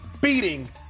beating